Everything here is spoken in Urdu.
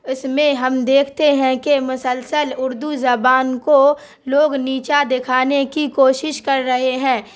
اس میں ہم دیکھتے ہیں کہ مسلسل اردو زبان کو لوگ نیچا دکھانے کی کوشش کر رہے ہیں